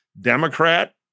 democrat